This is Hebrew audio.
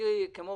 אני, כמו